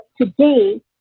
today